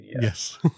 Yes